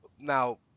Now